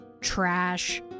trash